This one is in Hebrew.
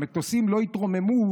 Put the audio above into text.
המטוסים לא יתרוממו,